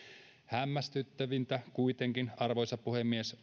hämmästyttävintä kuitenkin arvoisa puhemies